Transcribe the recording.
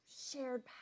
shared